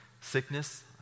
sickness